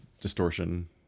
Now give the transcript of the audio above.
Distortion